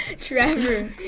Trevor